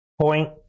Point